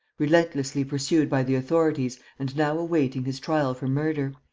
relentlessly pursued by the authorities and now awaiting his trial for murder!